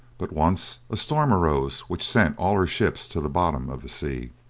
but once a storm arose which sent all her ships to the bottom of the sea.